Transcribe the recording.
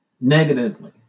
negatively